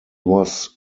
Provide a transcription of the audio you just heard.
was